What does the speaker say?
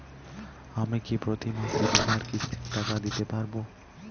আমি কি প্রতি মাসে বীমার কিস্তির টাকা দিতে পারবো?